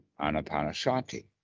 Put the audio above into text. Anapanasati